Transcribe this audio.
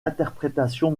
interprétation